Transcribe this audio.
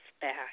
back